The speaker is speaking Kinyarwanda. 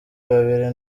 babiri